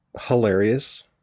hilarious